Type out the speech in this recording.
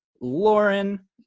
Lauren